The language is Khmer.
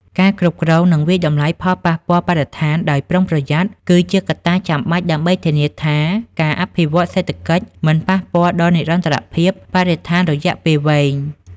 ការគ្រប់គ្រង និងវាយតម្លៃផលប៉ះពាល់បរិស្ថានដោយប្រុងប្រយ័ត្ន គឺជាកត្តាចាំបាច់ដើម្បីធានាថាការអភិវឌ្ឍន៍សេដ្ឋកិច្ចមិនប៉ះពាល់ដល់និរន្តរភាពបរិស្ថានរយៈពេលវែង។